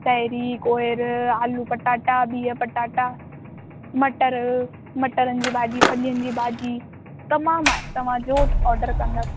तांहिरी कुहर आलू पटाटा बिह पटाटा मटर मटरनि जी भाॼी फ़लिनि जी भाॼी तमामु आहे तव्हांजो ऑडर कंदा